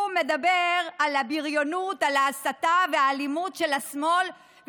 הוא מדבר על הבריונות וההסתה והאלימות של השמאל,